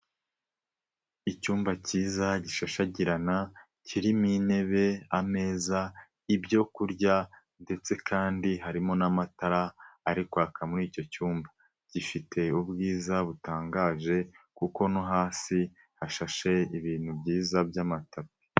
lcyumba cyiza gishashagirana, kirimo intebe, ameza ,ibyorya ,ndetse kandi harimo n'amatara ari kwaka muri icyo cyumba ,gifite ubwiza butangaje, kuko no hasi hashashe ibintu byiza by'amatapi.